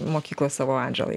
mokyklos savo atžalai